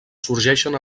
sorgeixen